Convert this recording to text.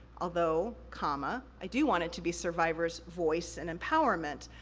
although, comma, i do want it to be survivor's voice and empowerment,